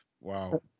Wow